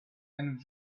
and